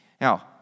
Now